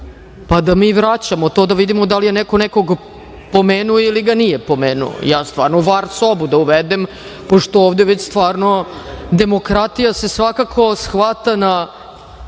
pa da mi vraćamo to da vidimo da li je neko nekoga pomenuo ili ga nije pomenuo. Ja stvarno var sobu da uvedem pošto ovde već stvarno demokratija se svakako shvata na